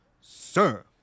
sir